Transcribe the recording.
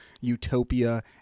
Utopia